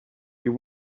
you